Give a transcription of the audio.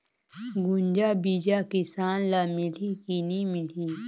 गुनजा बिजा किसान ल मिलही की नी मिलही?